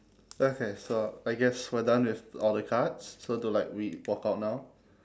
okay so I guess we're done with all the cards so do like we walk out now